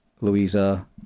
Louisa